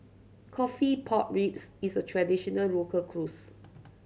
coffee pork ribs is a traditional local